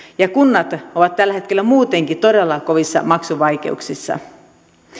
ja kunnat ovat tällä hetkellä muutenkin todella kovissa maksuvaikeuksissa